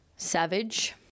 savage